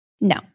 No